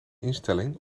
instelling